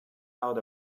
out